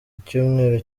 icyumweru